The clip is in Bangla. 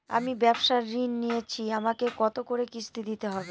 আমি ব্যবসার ঋণ নিয়েছি আমাকে কত করে কিস্তি দিতে হবে?